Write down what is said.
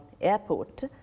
airport